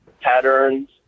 patterns